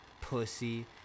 pussy